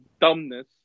dumbness